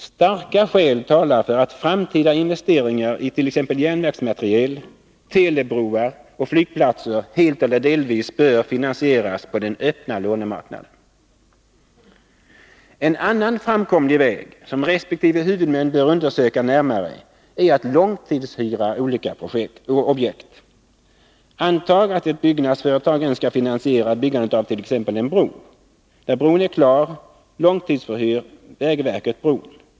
Starka skäl talar för att framtida investeringar i t.ex. järnvägsmateriel, telebroar och flygplatser helt eller delvis bör finansieras på den öppna lånemarknaden. En annan framkomlig väg, som resp. huvudmän bör undersöka närmare, är att långtidshyra olika objekt. Antag att ett byggnadsföretag önskar finansiera byggandet av t.ex. en bro. När bron är klar långtidshyr vägverket bron.